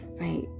right